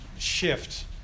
Shift